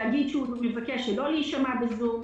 להגיד שהוא מבקש שלא להישמע בזום,